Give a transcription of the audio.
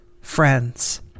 friends